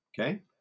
okay